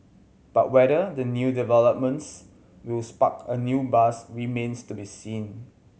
but whether the new developments will spark a new buzz remains to be seen